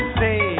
say